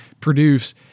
produce